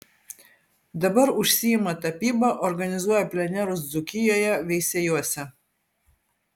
dabar užsiima tapyba organizuoja plenerus dzūkijoje veisiejuose